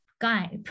gap